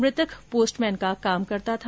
मुतक postman का काम करता था